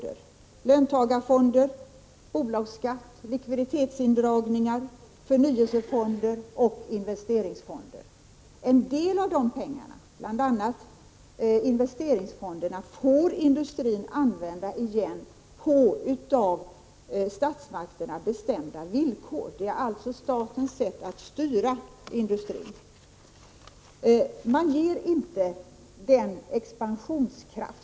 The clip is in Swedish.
Det rör sig om löntagarfonder, bolagsskatt, likviditetsindragningar, förnyelsefonder och investeringsfonder. En del av dessa pengar, bl.a. medlen i investeringsfonderna, får industrin använda igen — på villkor som är bestämda av statsmakterna. Det är alltså statens sätt Prot. 1985/86:155 att styra industrin.